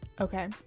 okay